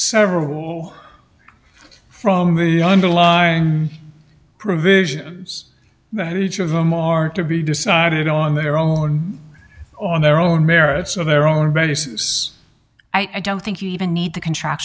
several from the underlying provisions that each of them are to be decided on their own on their own merits of their own bodies i don't think you even need the contract